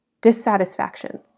dissatisfaction